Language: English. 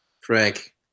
frank